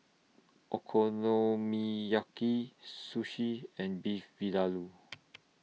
Okonomiyaki Sushi and Beef Vindaloo